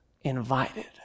invited